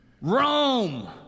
Rome